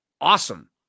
awesome